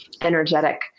energetic